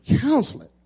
counseling